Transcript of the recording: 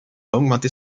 augmenter